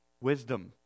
wisdom